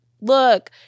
look